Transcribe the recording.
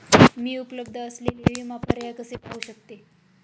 मी उपलब्ध असलेले विमा पर्याय कसे पाहू शकते?